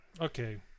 Okay